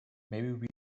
maybe